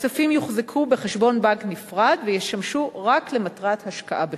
הכספים יוחזקו בחשבון בנק נפרד וישמשו רק למטרת השקעה בחינוך,